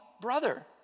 brother